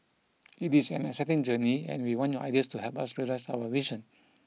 it is an exciting journey and we want your ideas to help us realise our vision